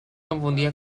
confundida